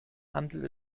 handelt